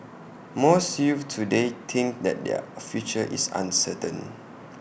most youths today think that their future is uncertain